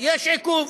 יש עיכוב.